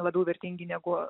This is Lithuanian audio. labiau vertingi negu